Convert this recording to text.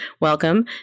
welcome